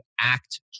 act